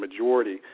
majority –